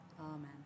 Amen